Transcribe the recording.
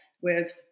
whereas